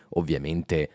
ovviamente